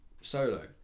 Solo